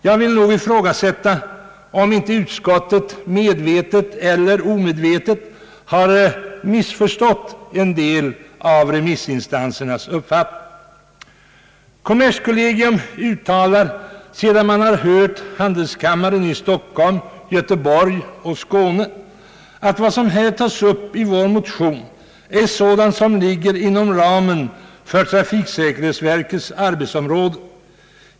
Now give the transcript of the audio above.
Jag vill nog ifrågasätta, om inte utskottet medvetet eller omedvetet har missförstått en del av remissyttrandena. Kommerskollegium uttalar, sedan man har hört handelskamrarna i Stockholm, Göteborg och Skåne, att vad som upptas i motionerna är sådant som ligger inom trafiksäkerhetsverkets arbetsområde.